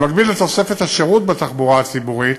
במקביל לתוספת השירות בתחבורה הציבורית,